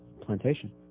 Plantation